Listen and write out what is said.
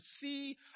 see